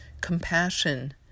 compassion